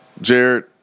Jared